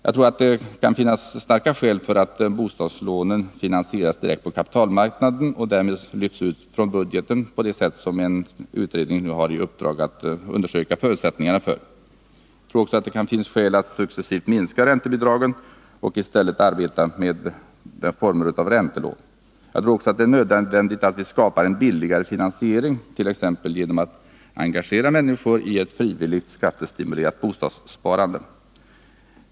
Jag tror att det kan finnas starka skäl för att bostadslånen finansieras direkt på kapitalmarknaden och därmed lyfts ut från budgeten — en utredning har nu i uppdrag att undersöka förutsättningarna för detta. Jag tror också att det finns skäl att successivt minska räntebidragen och i stället arbeta med olika former av räntelån. Det är enligt min mening nödvändigt att vi skapar en billigare finansiering, t.ex. genom att engagera människor i ett frivilligt, skattestimulerat bostadssparande.